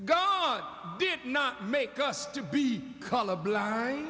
did not make us to be color blind